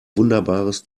wunderbares